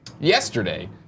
Yesterday